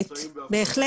בהחלט.